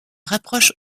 rapproche